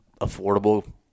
affordable